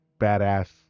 badass